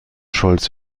scholz